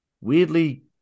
Weirdly